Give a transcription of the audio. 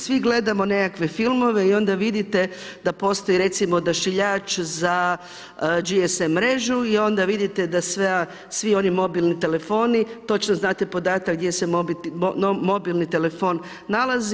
Svi gledamo nekakve filmove i onda vidite da postoji recimo odašiljač za GSM mrežu i onda vidite da svi oni mobilni telefoni točno znate podatak gdje se mobilni telefon nalazi.